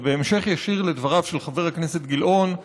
ובהמשך ישיר לדבריו של חבר הכנסת גילאון,